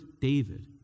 David